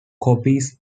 copies